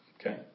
okay